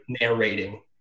narrating